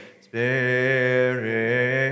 Spirit